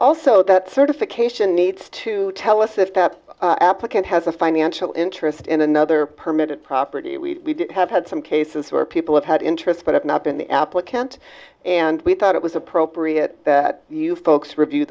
also that certification needs to tell us if that applicant has a financial interest in another permitted property we have had some cases where people have had interest but have not been the applicant and we thought it was appropriate that you folks review